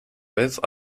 vez